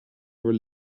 are